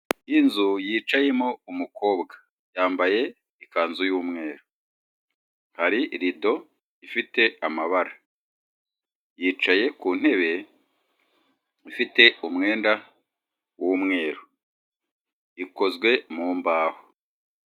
Inzu yicayemo umukobwa yambaye ikanzu y'umweru, hari rido ifite amabara, yicaye ku ntebe ifite umwenda w'umweru, ikozwe mu mbaho.